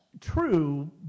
True